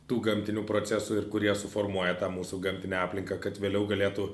tų gamtinių procesų ir kurie suformuoja tą mūsų gamtinę aplinką kad vėliau galėtų